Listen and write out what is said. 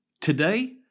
Today